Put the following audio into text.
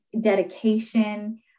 dedication